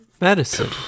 Medicine